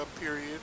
period